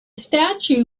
statue